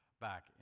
back